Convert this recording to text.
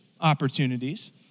opportunities